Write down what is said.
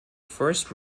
first